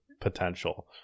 potential